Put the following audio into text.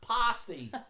pasty